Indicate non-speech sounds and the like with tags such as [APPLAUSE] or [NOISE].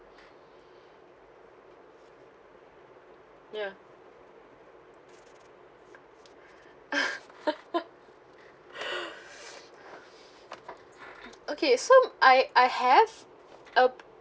ya [LAUGHS] okay so I I have uh